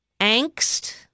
angst